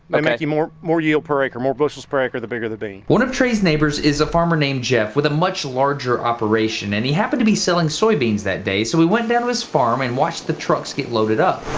they make you more more yield per acre, more bushels per acre, the bigger the bean. one of trey's neighbors is a farmer named jeff, with a much larger operation, and he happened to be selling soy beans that day. so, we went down to his farm, and watched the trucks get loaded up.